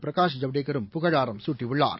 பிரகாஷ் ஜவ்டேகரும் புகழாரம் சூட்டியுள்ளார்